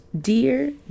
dear